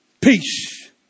Peace